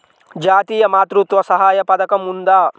జాతీయ మాతృత్వ సహాయ పథకం ఉందా?